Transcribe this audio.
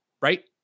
right